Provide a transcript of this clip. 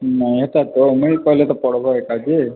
ନା ହେଟା ତ ନାଇଁ କହିଲେ ତ ପଢ଼ବ୍ ହେଟା ଯେ